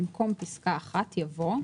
במקום פסקה (1) יבוא: